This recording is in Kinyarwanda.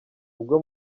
ubwo